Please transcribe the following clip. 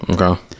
Okay